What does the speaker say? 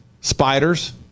spiders